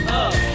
up